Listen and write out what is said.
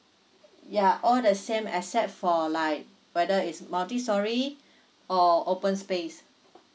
ya all the same except for like whether is multi storey or open space